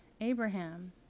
Abraham